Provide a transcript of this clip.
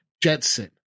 Jetson